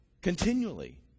continually